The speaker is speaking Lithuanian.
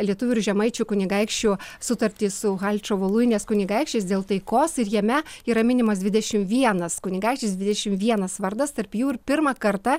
lietuvių ir žemaičių kunigaikščių sutartį su haličo voluinės kunigaikščiais dėl taikos ir jame yra minimas dvidešim vienas kunigaikštis dvidešim vienas vardas tarp jų ir pirmą kartą